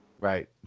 Right